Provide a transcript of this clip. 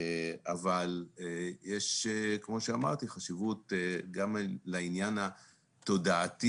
אבל יש חשיבות גם לעניין התודעה,